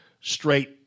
straight